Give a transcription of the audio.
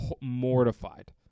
mortified